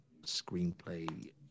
screenplay